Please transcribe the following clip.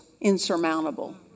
insurmountable